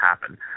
happen